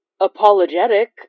apologetic